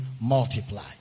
multiply